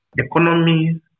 economy